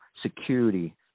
security